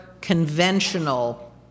conventional